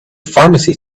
pharmacy